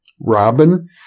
Robin